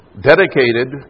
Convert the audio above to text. dedicated